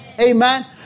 Amen